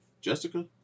Jessica